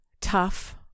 tough